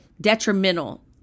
detrimental